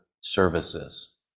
services